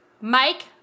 Mike